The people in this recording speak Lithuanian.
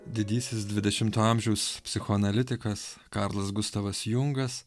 didysis dvidešimto amžiaus psichoanalitikas karlas gustavas jungas